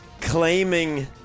claiming